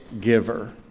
giver